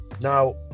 Now